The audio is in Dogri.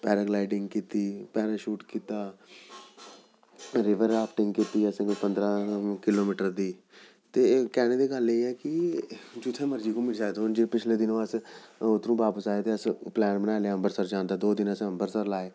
पैरागलाईडिंग कीती पैराशूट कीता रीवर राफ्टिंग कीती असें कोई पंदरां किलो मीटर दी ते कैह्ने दी गल्ल एह् ऐ कि जित्थें मर्जी घूमी सकदे हून पिछले दिनें अस उत्थूं दा आए ते अस प्लैन बनाई लेआ अम्बरसर जान दा दो दिन असें अम्बरसर लाए